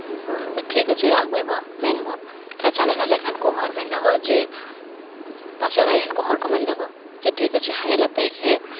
ᱵᱟᱵᱟᱭ ᱢᱮᱱᱮᱫᱟ ᱴᱷᱤᱠ ᱟᱪᱷᱮ ᱟᱜᱩᱭᱟᱵᱚ ᱢᱮᱱᱟᱵᱚ ᱮᱱᱠᱷᱟᱱ ᱪᱟᱞᱟᱣ ᱮᱱᱟᱞᱮ ᱠᱷᱟᱱᱠᱩ ᱦᱚᱲ ᱢᱮᱱᱮᱫᱟ ᱠᱚ ᱡᱮ ᱯᱟᱥᱮ ᱚᱲᱟᱜ ᱨᱮᱱ ᱦᱟᱱᱠᱩ ᱦᱚᱲ ᱠᱚ ᱢᱮᱱᱮᱫᱟ ᱠᱚ ᱟᱪᱪᱷᱟ ᱴᱷᱤᱠ ᱟᱪᱷᱮ ᱧᱮᱞ ᱟᱯᱮ ᱜᱮ